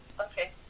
Okay